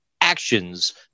actions